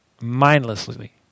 mindlessly